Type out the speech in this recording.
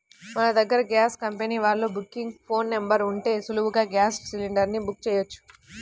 మన దగ్గర gas company వాళ్ళ బుకింగ్ ఫోన్ నెంబర్ ఉంటే సులువుగా గ్యాస్ సిలిండర్ ని బుక్ చెయ్యొచ్చు